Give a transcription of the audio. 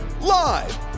Live